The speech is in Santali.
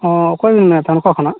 ᱦᱮᱸ ᱚᱠᱚᱭ ᱵᱤᱱ ᱢᱮᱱᱮᱫ ᱛᱟᱦᱮᱸᱫ ᱚᱠᱟ ᱠᱷᱚᱱᱟᱜ